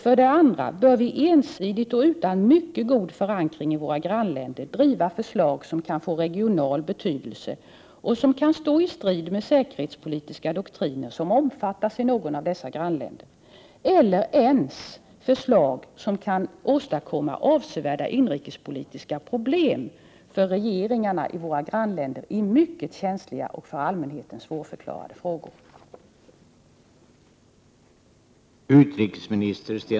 För det andra: Bör vi ensidigt och utan mycket god förankring hos våra grannländer driva förslag som kan få regional betydelse och som kan stå i strid med säkerhetspolitiska doktriner som omfattas av någon av dessa grannländer — eller ens förslag som kan åstadkomma avsevärda inrikespolitiska problem för regeringarna i våra grannländer i mycket känsliga och för allmänheten svårförklarade frågor?